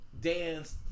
dance